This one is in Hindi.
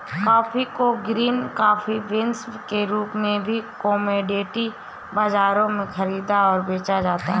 कॉफी को ग्रीन कॉफी बीन्स के रूप में कॉमोडिटी बाजारों में खरीदा और बेचा जाता है